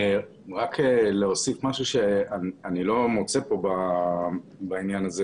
רק להוסיף משהו שאני לא מוצא בהצעה.